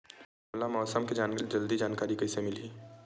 हमला मौसम के जल्दी जानकारी कइसे मिलही?